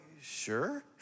sure